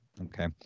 okay